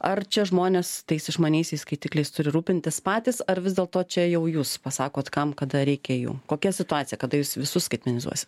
ar čia žmonės tais išmaniaisiais skaitikliais turi rūpintis patys ar vis dėlto čia jau jūs pasakot kam kada reikia jų kokia situacija kada jūs visus skaitmenizuosit